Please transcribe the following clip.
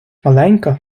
маленька